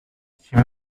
she